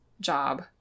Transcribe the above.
job